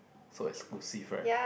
so exclusive right